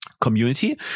community